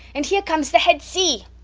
and here comes the head sea.